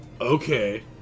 Okay